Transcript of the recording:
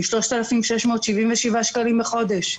מ-3,677 שקלים בחודש.